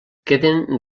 queden